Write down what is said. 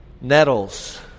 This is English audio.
nettles